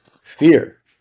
fear